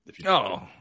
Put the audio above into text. No